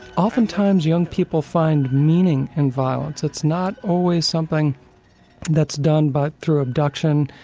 oftentimes young people find meaning in violence, it's not always something that's done but through abduction,